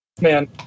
Man